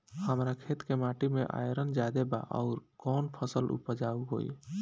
हमरा खेत के माटी मे आयरन जादे बा आउर कौन फसल उपजाऊ होइ?